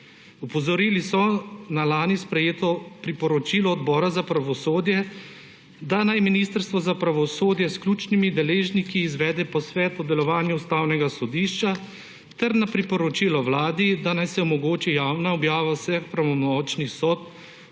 Opozorili so na lani sprejeto priporočilo Odbora za pravosodje, da naj Ministrstvo za pravosodje s ključnimi deležniki izvede posvet ob delovanju ustavnega sodišča ter na priporočilo Vladi, da naj se omogoči javna objava vseh pravnomočnih sodb